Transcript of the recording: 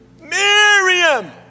Miriam